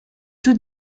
tout